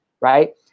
right